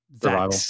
survival